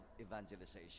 evangelization